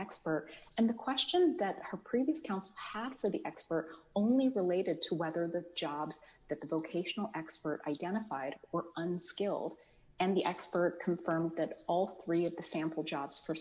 expert and the question that her previous counsel half or the expert only related to whether the jobs that the vocational expert identified were unskilled and the expert confirmed that all three of the sample jobs for